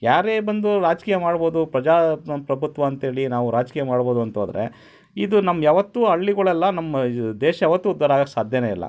ಯಾರೇ ಬಂದು ರಾಜಕೀಯ ಮಾಡ್ಬೋದು ಪ್ರಜಾ ಪ್ರಭುತ್ವ ಅಂತ ಹೇಳಿ ನಾವು ರಾಜಕೀಯ ಮಾಡ್ಬೋದು ಅಂತಾದ್ರೆ ಇದು ನಮ್ಮ ಯಾವತ್ತೂ ಹಳ್ಳಿಗಳೆಲ್ಲ ನಮ್ಮ ಇದು ದೇಶ ಯಾವತ್ತೂ ಉದ್ಧಾರ ಆಗಕ್ಕೆ ಸಾಧ್ಯನೇ ಇಲ್ಲ